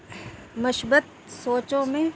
مثبت سوچوں میں